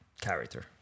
character